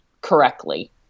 correctly